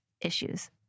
issues